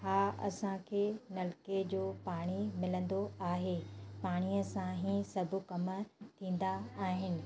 हा असांखे नलके जो पाणी मिलंदो आहे पाणीअ सां ई सभु कम थींदा आहिनि